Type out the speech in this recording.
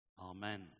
Amen